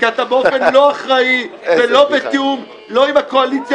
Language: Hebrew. אתה מסוכן כי אתה באופן לא אחראי לא בתיאום לא עם הקואליציה